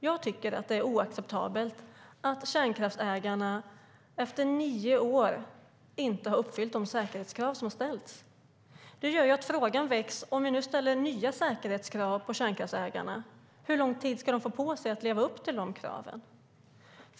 Jag tycker att det är oacceptabelt att kärnkraftsägarna efter nio år inte har uppfyllt de säkerhetskrav som ställts. Detta gör att frågan väcks: Om vi nu ställer nya säkerhetskrav på kärnkraftsägarna, hur lång tid ska de få på sig att leva upp till de kraven?